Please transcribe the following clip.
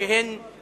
שכשהן לא מתכלות,